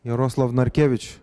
jaroslav narkevič